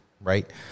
right